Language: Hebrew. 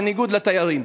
בניגוד לתיירים.